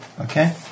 Okay